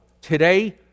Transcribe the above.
today